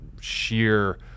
sheer